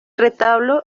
retablo